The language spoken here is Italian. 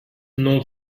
non